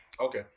Okay